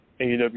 AEW